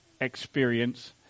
experience